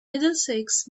middlesex